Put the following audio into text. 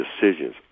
decisions